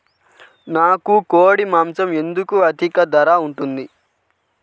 నాకు కోడి మాసం ఎందుకు అధిక ధర ఉంటుంది?